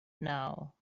now